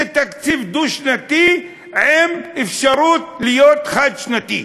תקציב דו-שנתי עם אפשרות להיות חד-שנתי.